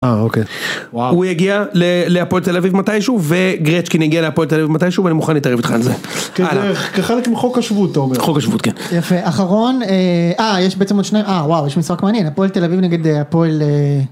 הוא הגיע להפועל תל אביב מתישהו וגרצ'קין יגיע להפועל תל אביב מתישהו ואני מוכן להתערב איתך על זה. כחלק מחוק השבות אתה אומר. חוק השבות כן. יפה אחרון אה יש בעצם עוד שניים אה וואו יש משחק מעניין הפועל תל אביב נגד הפועל.